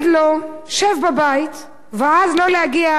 שב בבית, ואז לא להגיע לכנסת